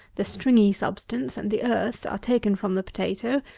the stringy substance, and the earth, are taken from the potatoe,